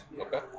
Okay